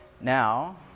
Now